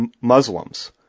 Muslims